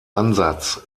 ansatz